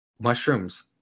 mushrooms